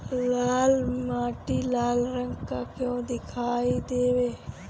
लाल मीट्टी लाल रंग का क्यो दीखाई देबे?